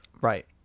Right